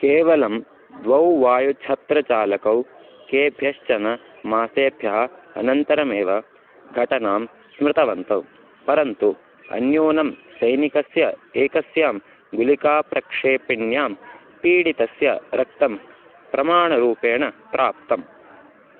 केवलं द्वौ वायुछत्रचालकौ केभ्यश्चन मासेभ्यः अनन्तरमेव घटनां स्मृतवन्तौ परन्तु अन्यूनं सैनिकस्य एकस्यां गुलिकाप्रक्षेपिण्यां पीडितस्य रक्तं प्रमाणरूपेण प्राप्तम्